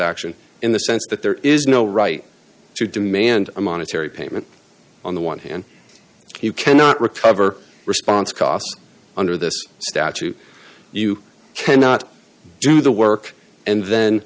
action in the sense that there is no right to demand a monetary payment on the one hand you cannot recover response costs under this statute you cannot do the work and then